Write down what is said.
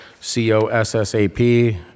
COSSAP